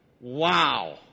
Wow